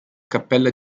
cappella